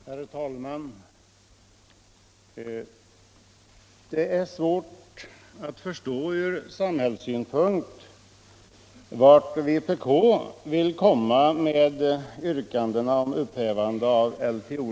Herr talman! Det är svårt att från samhällssynpunkt förstå vart vpk vill komma med yrkandena om upphävande av LTO.